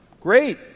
Great